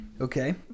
Okay